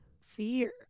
fear